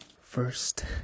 First